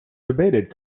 debated